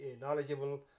knowledgeable